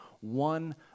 one